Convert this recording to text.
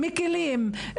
מקלים,